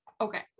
okay